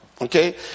Okay